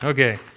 Okay